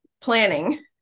planning